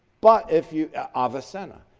but if you avicenna.